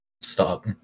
stop